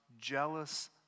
jealous